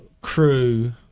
crew